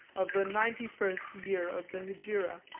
of the ninety-first year of the hegira,